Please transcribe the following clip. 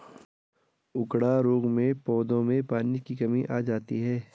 उकडा रोग में पौधों में पानी की कमी आ जाती है